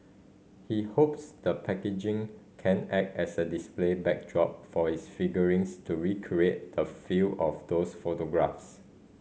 he hopes the packaging can act as a display backdrop for his figurines to recreate the feel of those photographs